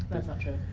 that's not true.